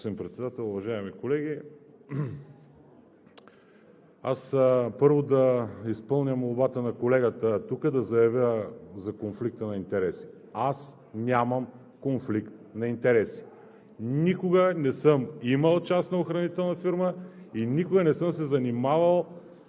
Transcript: (ГЕРБ): Господин Председател, уважаеми колеги! Първо да изпълня молбата на колегата – тук да заявя за конфликта на интереси: аз нямам конфликт на интереси. Никога не съм имал частна охранителна фирма и никога не съм се занимавал